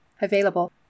available